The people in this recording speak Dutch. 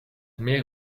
meer